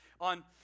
On